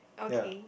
ya